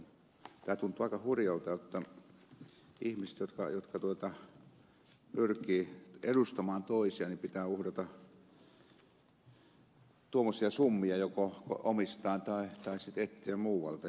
tämä tuntuu aika hurjalta jotta ihmisten jotka pyrkivät edustamaan toisia pitää uhrata tuommoisia summia joko omistaan tai sitten etsittävä muualta